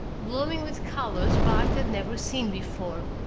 glowing with colors bart had never seen before.